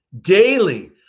Daily